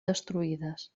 destruïdes